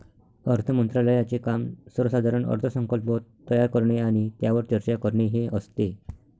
अर्थ मंत्रालयाचे काम सर्वसाधारण अर्थसंकल्प तयार करणे आणि त्यावर चर्चा करणे हे असते